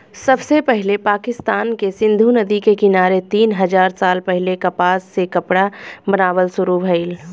सबसे पहिले पाकिस्तान के सिंधु नदी के किनारे तीन हजार साल पहिले कपास से कपड़ा बनावल शुरू भइल